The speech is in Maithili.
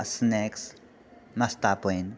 स्नैक्स नाश्ता पानि